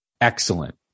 excellent